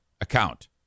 account